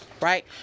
right